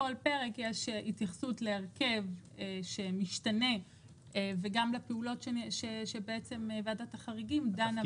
בכל פרק יש התייחסות להרכב שמשתנה וגם לפעולות שועדת החריגים דנה בהם.